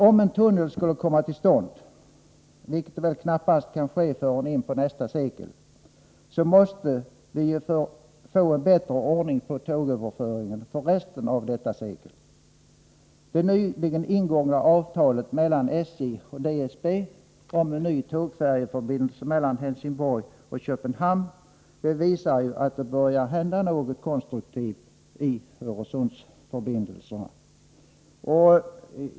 Om en tunnel skulle komma till stånd — vilket väl knappast kan ske förrän in på nästa sekel — så måste vi ju få en bättre ordning på tågöverföringen för resten av detta sekel. Det nyligen ingångna avtalet mellan SJ och DSB om en ny tågfärjeförbindelse mellan Helsingborg och Köpenhamn visar att det börjar hända något konstruktivt i Öresundsförbindelserna.